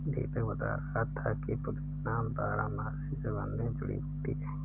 दीपक बता रहा था कि पुदीना बारहमासी सुगंधित जड़ी बूटी है